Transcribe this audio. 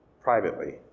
privately